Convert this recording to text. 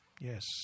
Yes